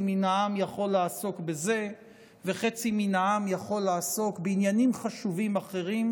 מהעם יכול לעסוק בזה וחצי מהעם יכול לעסוק בעניינים חשובים אחרים,